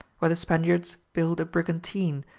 where the spaniards built a brigantine,